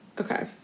Okay